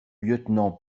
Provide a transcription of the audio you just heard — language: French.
lieutenant